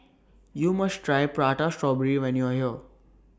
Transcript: YOU must Try Prata Strawberry when YOU Are here